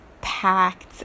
packed